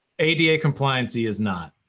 ada compliancy is not.